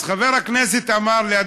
אז חבר הכנסת אמר לי,